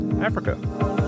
Africa